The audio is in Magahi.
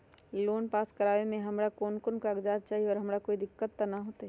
लोन पास करवावे में हमरा कौन कौन कागजात चाही और हमरा कोई दिक्कत त ना होतई?